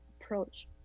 approach